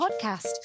podcast